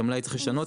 את המלאי צריך לשנות,